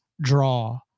draw